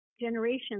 generations